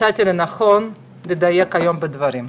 מצאתי לנכון לדייק היום בדברים.